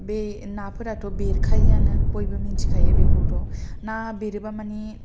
बे नाफोराथ' बेरखायोआनो बयबो मिथिखायो बेखौथ' ना बेरोबा मानि